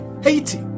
Haiti